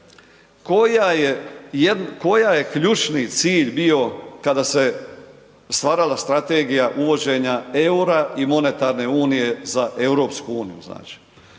Koji je ključni cilj bio kada se stvara strategija uvođenja eura i monetarne unije za EU? To je